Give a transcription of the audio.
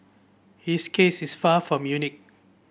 his case is far from unique